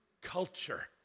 culture